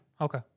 Okay